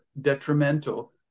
detrimental